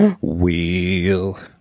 Wheel